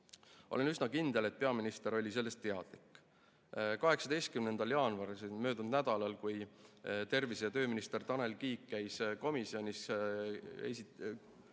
Olen üsna kindel, et peaminister oli sellest teadlik.18. jaanuaril, möödunud nädalal, kui tervise- ja tööminister Tanel Kiik käis komisjonis, vastas